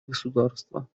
государства